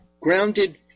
grounded